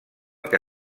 que